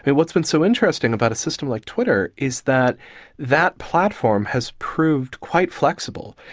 but what's been so interesting about a system like twitter is that that platform has proved quite flexible,